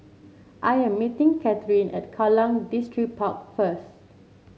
I am meeting Katheryn at Kallang Distripark first